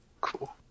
Cool